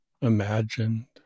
imagined